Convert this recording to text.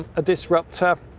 a disrupter.